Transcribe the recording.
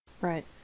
Right